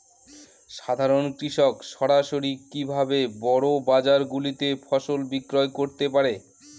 সাধারন কৃষক সরাসরি কি ভাবে বড় বাজার গুলিতে ফসল বিক্রয় করতে পারে?